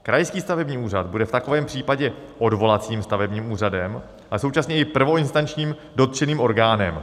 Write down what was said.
Krajský stavební úřad bude v takovém případě odvolacím stavebním úřadem a současně i prvoinstančním dotčeným orgánem.